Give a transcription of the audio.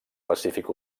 pacífic